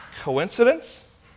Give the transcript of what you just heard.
coincidence